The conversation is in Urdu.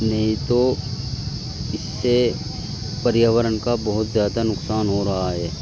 نہیں تو اس سے پریاورن کا بہت زیادہ نقصان ہو رہا ہے